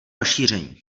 rozšíření